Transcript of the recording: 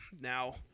Now